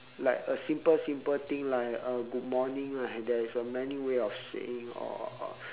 like a simple simple thing like uh good morning right like there is uh many ways of saying or or or